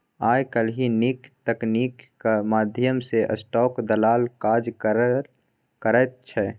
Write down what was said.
आय काल्हि नीक तकनीकीक माध्यम सँ स्टाक दलाल काज करल करैत छै